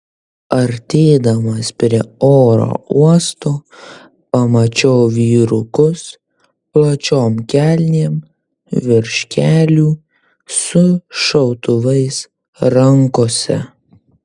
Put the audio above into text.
artėdamas prie oro uosto pamačiau vyrukus plačiom kelnėm virš kelių su šautuvais rankose